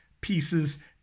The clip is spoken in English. pieces